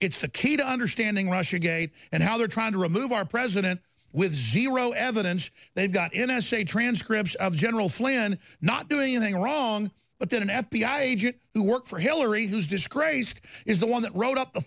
it's the key to understanding russia gate and how they're trying to remove our president with zero evidence they've got in a say transcript of general flynn not doing anything wrong but then an f b i agent who worked for hillary who's disgraced is the one that wrote up the